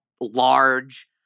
large